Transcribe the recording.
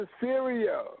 Syria